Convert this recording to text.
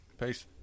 Peace